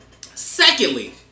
Secondly